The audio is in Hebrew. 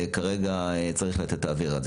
כרגע את האוויר הזה,